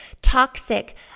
toxic